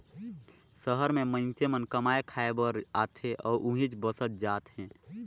सहर में मईनसे मन कमाए खाये बर आथे अउ उहींच बसत जात हें